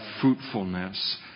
fruitfulness